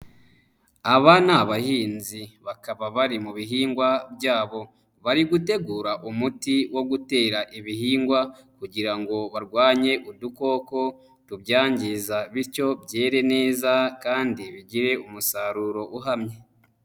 Aba ni abahinzi bakaba bari mu bihingwa byabo bari gutegura umuti wo gutera ibihingwa kugira ngo barwanye udukoko tubyangiza bityo byere neza kandi bigire umusaruro uhamye.